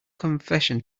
confession